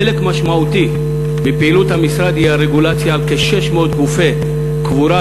חלק משמעותי מפעילות המשרד הוא הרגולציה על כ-600 גופי קבורה,